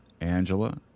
Angela